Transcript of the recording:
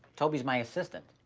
toby's my assistant.